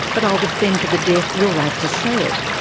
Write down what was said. but i'll defend to the death your right to say it'.